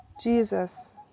Jesus